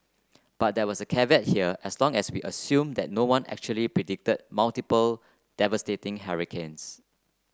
but there was a caveat here as long as we assume that no one actually predicted multiple devastating hurricanes